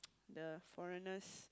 the foreigners